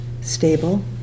stable